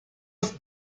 ist